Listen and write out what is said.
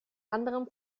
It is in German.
anderem